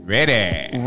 Ready